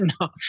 No